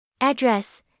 Address